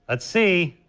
but see.